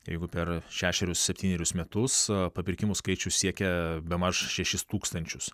jeigu per šešerius septynerius metus papirkimų skaičius siekia bemaž šešis tūkstančius